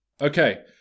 Okay